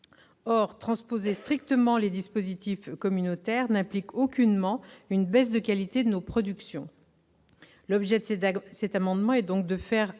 Transposer strictement les dispositifs communautaires n'implique aucunement une baisse de la qualité de nos productions. L'objet de cet amendement est donc de faire